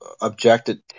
objected